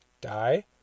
die